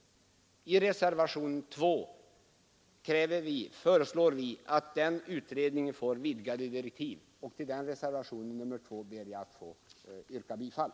I reservationen 2 föreslår vi att den utredningen får vidgade direktiv, och till denna reservation ber jag att få yrka bifall.